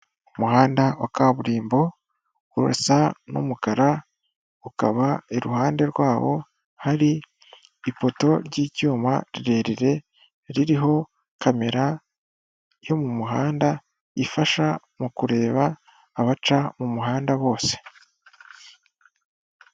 Umuhanda wa kaburimbo urasa n'umukara, ukaba iruhande rwawo hari ipoto ry'icyuma rirerire ririho kamera yo mu muhanda ifasha mu kureba abaca mu muhanda bose.